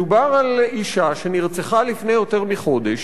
מדובר על אשה שנרצחה לפני יותר מחודש,